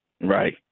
Right